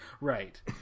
Right